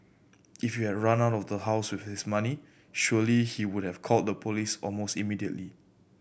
if you had run out of house with his money surely he would have called the police almost immediately